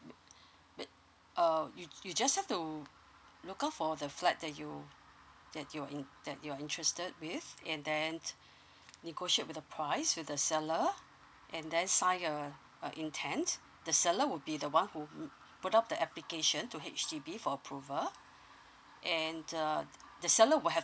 um you just have to look out for the flat that you that you're interested with and then negotiate with the price with the seller and then sign your uh intend the seller will be the one who put up the application to H_D_B for approval and uh the seller will have